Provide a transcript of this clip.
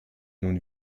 nun